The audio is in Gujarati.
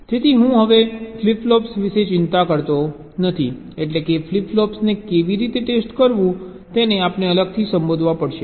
તેથી હું હવે ફ્લિપ ફ્લોપ્સ વિશે ચિંતા કરતો નથી એટલેકે ફ્લિપ ફ્લોપ્સને કેવી રીતે ટેસ્ટ કરવું તેને આપણે અલગથી સંબોધવા પડશે